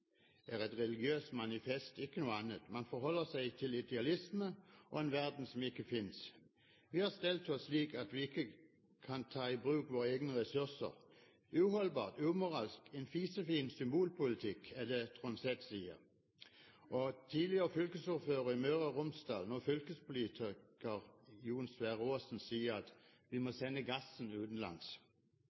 er et religiøst manifest. Ikke noe annet. Man forholder seg til idealisme og en verden som ikke finnes. Vi har stelt oss slik at vi selv ikke kan ta i bruk våre egne ressurser Og videre: «Uholdbart, umoralsk, en fisefin symbolpolitikk.» Tidligere fylkesordfører i Møre og Romsdal, nå fylkespolitiker, Jon Sverre Aasen sier: Vi må sende gassen utenlands.